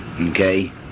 Okay